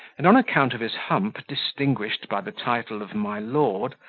and, on account of his hump, distinguished by the title of my lord,